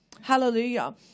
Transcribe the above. Hallelujah